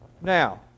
Now